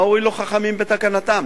מה הועילו חכמים בתקנתם?